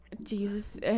jesus